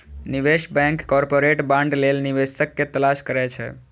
निवेश bank corporate bond लेल निवेशक के तलाश करै छै